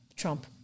trump